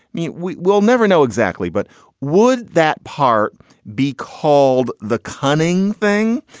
mean, we'll we'll never know exactly. but would that part be called the cunning thing?